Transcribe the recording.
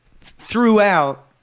throughout